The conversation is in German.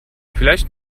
vielleicht